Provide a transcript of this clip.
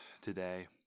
today